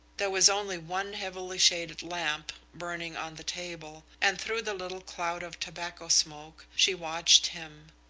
there was only one heavily shaded lamp burning on the table, and through the little cloud of tobacco smoke she watched him.